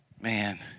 man